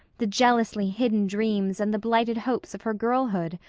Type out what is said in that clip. the jealously hidden dreams and the blighted hopes of her girlhood,